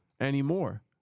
anymore